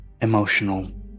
emotional